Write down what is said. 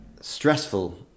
stressful